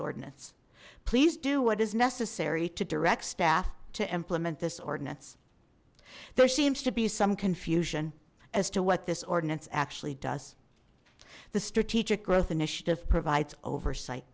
ordinance please do what is necessary to direct staff to implement this ordinance there seems to be some confusion as to what this ordinance actually does the strategic growth initiative provides oversight